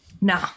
No